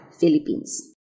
Philippines